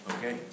Okay